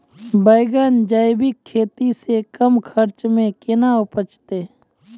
बैंगन जैविक खेती से कम खर्च मे कैना उपजते?